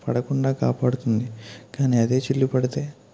పడకుండా కాపాడుతుంది కానీ అదే చిల్లు పడితే